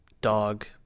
dog